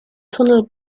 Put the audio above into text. tunnel